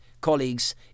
colleagues